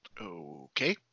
Okay